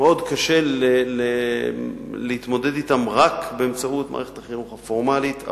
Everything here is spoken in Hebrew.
שמאוד קשה להתמודד אתם רק באמצעות מערכת החינוך הפורמלית.